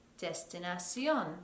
destinación